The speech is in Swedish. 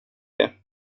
det